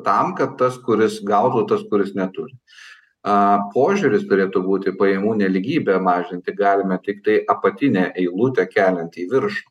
tam kad tas kuris gautų tas kuris neturi aaa požiūris turėtų būti pajamų nelygybę mažinti galima tiktai apatinę eilutę keliant į viršų